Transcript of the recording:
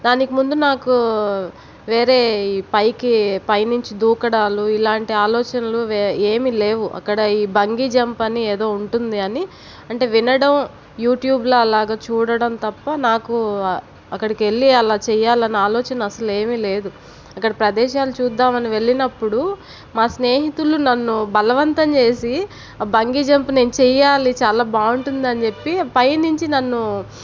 దానికి ముందు నాకు వేరే పైకి పైనుంచి దూకడాలు ఇలాంటి ఆలోచనలు ఏమి లేవు అక్కడ ఈ బంగీ జంపాన్ని ఏదో ఉంటుంది అని అంటే వినడం యూట్యూబ్లో అలాగా చూడడం తప్ప నాకు అక్కడికి వెళ్లి అలా చేయాలని ఆలోచన అసలు ఏమీ లేదు అక్కడ ప్రదేశాలు చూద్దామని వెళ్లినప్పుడు మా స్నేహితులు నన్ను బలవంతం చేసి ఆ బంగీ జంపు నేను చెయ్యాలి చాలా బాగుంటుందని చెప్పి పైనుంచి నన్ను